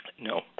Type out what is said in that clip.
No